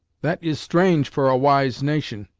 that is strange for a wise nation!